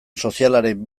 sozialaren